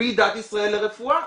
ועידת ישראל לרפואה.